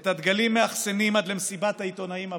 את הדגלים מאחסנים עד למסיבת העיתונאים הבאה,